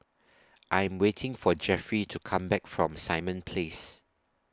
I'm waiting For Jeffry to Come Back from Simon Place